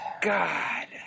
God